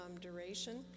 duration